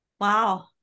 Wow